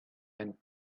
and